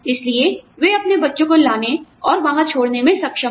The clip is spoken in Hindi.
इसलिए वे अपने बच्चों को लाने और वहां छोड़ने में सक्षम हैं